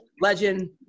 legend